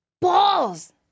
balls